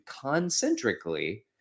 concentrically